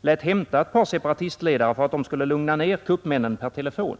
lät hämta ett par separatistledare för att de skulle lugna ner kuppmännen per telefon.